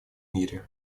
мире